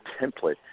template